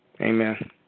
Amen